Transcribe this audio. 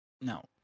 no